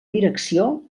direcció